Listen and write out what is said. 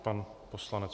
Pan poslanec.